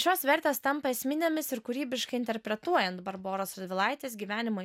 šios vertės tampa esminėmis ir kūrybiškai interpretuojant barboros radvilaitės gyvenimo